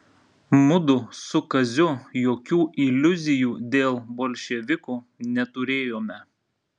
mudu su kaziu jokių iliuzijų dėl bolševikų neturėjome